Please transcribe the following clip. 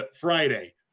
friday